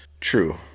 True